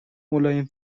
ملایم